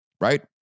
right